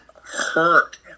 hurt